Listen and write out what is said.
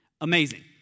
Amazing